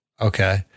Okay